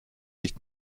nicht